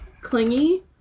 clingy